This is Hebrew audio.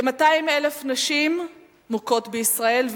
כ-200,000 נשים מוכות בישראל,